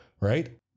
Right